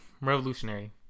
revolutionary